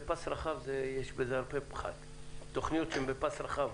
ויש הרבה פחת בתוכניות שהן בפס רחב.